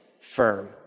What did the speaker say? firm